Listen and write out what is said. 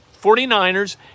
49ers